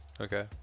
Okay